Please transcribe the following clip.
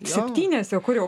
septynias jau kur jau